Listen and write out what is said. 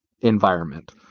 environment